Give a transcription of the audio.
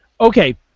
Okay